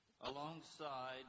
alongside